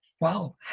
wow